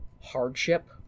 hardship